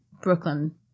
Brooklyn